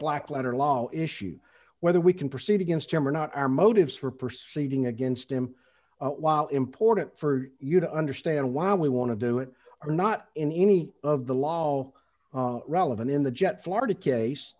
black letter law issue whether we can proceed against him or not our motives for proceeding against him while important for you to understand why we want to do it are not in any of the law all relevant in the jet florida case